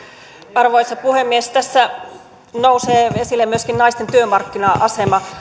arvoisa puhemies tässä nousee esille myöskin naisten työmarkkina asema